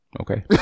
Okay